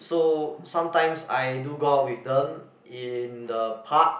so sometimes I do go out with them in the park